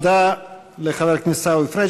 תודה לחבר הכנסת עיסאווי פריג'.